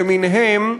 למיניהן,